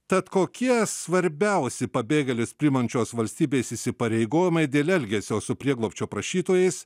tad kokie svarbiausi pabėgėlius priimančios valstybės įsipareigojimai dėl elgesio su prieglobsčio prašytojais